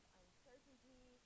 uncertainty